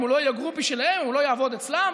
הוא לא יהיה גרופי שלהם ולא יעבוד אצלם?